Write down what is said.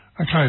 Okay